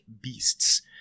beasts